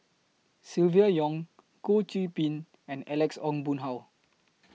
Silvia Yong Goh Qiu Bin and Alex Ong Boon Hau